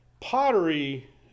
Pottery